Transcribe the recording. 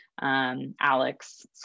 Alex